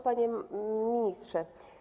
Panie Ministrze!